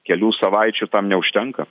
kelių savaičių tam neužtenka